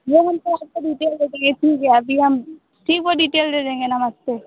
हमको आपका डीटेल भेज दीजिए अभी हम ठीक वह डिटेल दे देंगे हम आपको